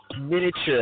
miniature